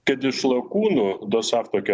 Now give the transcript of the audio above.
kad iš lakūnų dosaf tokia